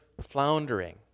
floundering